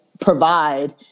provide